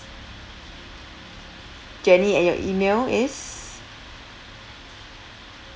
jenny and your email is